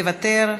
מוותר,